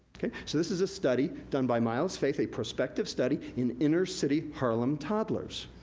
so this is a study done by myles faith, a prospective study in inner city harlem toddlers.